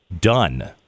done